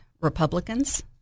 Republicans